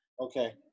Okay